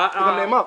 זה גם נאמר.